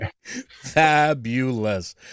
fabulous